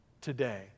today